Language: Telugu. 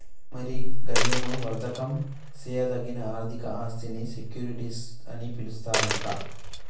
మరి గదేమో వర్దకం సేయదగిన ఆర్థిక ఆస్థినీ సెక్యూరిటీస్ అని పిలుస్తారట